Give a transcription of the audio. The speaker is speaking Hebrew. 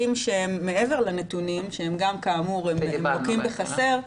שהם מעבר לנתונים שהם גם כאמור לוקים בחסר.